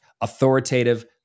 authoritative